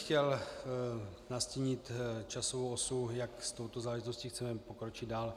Chtěl bych nastínit časovou osu, jak s touto záležitostí chceme pokročit dál.